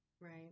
right